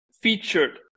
featured